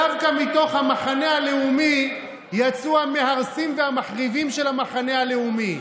דווקא מתוך המחנה הלאומי יצאו המהרסים והמחריבים של המחנה הלאומי.